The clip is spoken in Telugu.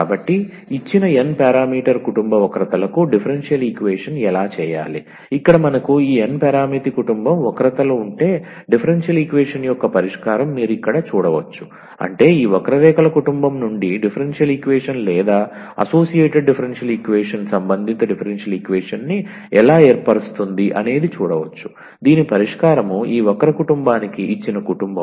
కాబట్టి ఇచ్చిన n పారామీటర్ కుటుంబ వక్రతలకు డిఫరెన్షియల్ ఈక్వేషన్ ఎలా చేయాలి ఇక్కడ మనకు ఈ n పరామితి కుటుంబం వక్రతలు ఉంటే డిఫరెన్షియల్ ఈక్వేషన్ యొక్క పరిష్కారం మీరు ఇక్కడ చూడవచ్చు అంటే ఈ వక్రరేఖల కుటుంబం నుండి డిఫరెన్షియల్ ఈక్వేషన్ లేదా అసోసియేటెడ్ డిఫరెన్షియల్ ఈక్వేషన్ సంబంధిత డిఫరెన్షియల్ ఈక్వేషన్ న్ని ఎలా ఏర్పరుస్తుంది అనేది చూడవచ్చు దీని పరిష్కారం ఈ వక్ర కుటుంబానికి ఇచ్చిన కుటుంబం